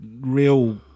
real